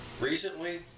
recently